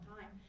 time